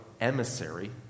emissary